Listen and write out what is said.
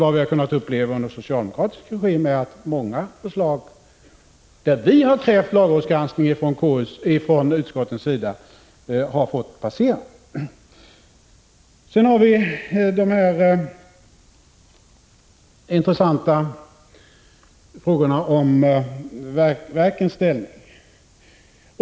Vad vi har kunnat uppleva under socialdemokratisk regim är att många förslag där ledamöter av utskottet krävt lagrådsgranskning har fått passera. Sedan har vi de intressanta frågorna om verkens ställning.